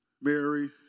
Mary